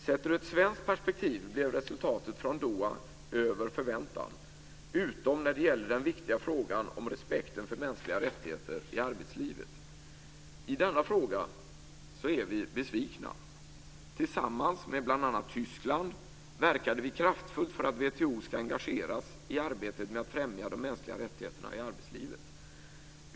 Sett i ett svenskt perspektiv blev resultatet från Doha över förväntan utom när det gäller den viktiga frågan om respekten för mänskliga rättigheter i arbetslivet. I denna fråga är vi besvikna. Tillsammans med bl.a. Tyskland verkade Sverige kraftfullt för att WTO ska engageras i arbetet med att främja de mänskliga rättigheterna i arbetslivet.